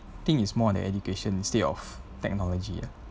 think is more than education instead of technology ah